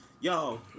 Yo